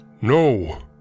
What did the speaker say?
No